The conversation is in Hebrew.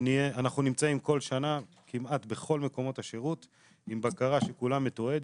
אנחנו נמצאים כל שנה כמעט בכל מקומות השירות עם בקרה שכולה מתועדת,